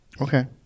okay